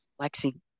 Lexi